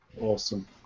Awesome